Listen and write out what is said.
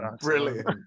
Brilliant